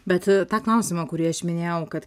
bet tą klausimą kurį aš minėjau kad